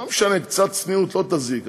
לא משנה, קצת צניעות לא תזיק.